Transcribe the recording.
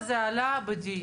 כשאתה דן על הבנקים,